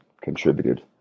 contributed